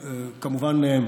כמובן,